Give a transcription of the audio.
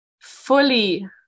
fully